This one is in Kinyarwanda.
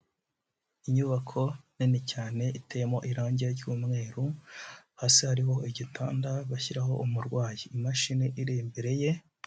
Inyubako nini cyane iteyemo irangi ry'umweru hasi harihoho igitanda bashyiraho umurwayi ,imashini iri imbere ye.